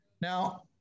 Now